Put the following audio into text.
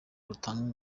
rutanga